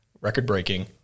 record-breaking